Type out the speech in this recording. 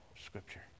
scripture